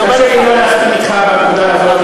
תרשה לי שלא להסכים אתך בנקודה הזאת,